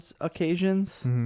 occasions